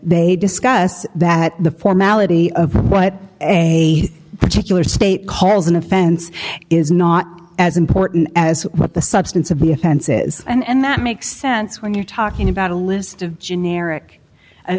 they discuss that the formality of what a particular state calls an offense is not as important as what the substance of the offense is and that makes sense when you're talking about a list of generic